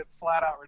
flat-out